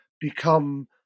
become